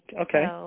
Okay